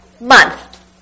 month